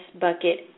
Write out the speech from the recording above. bucket